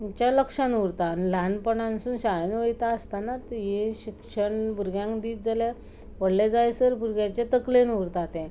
लक्षान उरता ल्हानपणानसून शाळेन वयता आसतना हें शिक्षण भुरग्यांक दीत जाल्यार व्हडले जायसर भुरग्याचे तकलेन उरता तें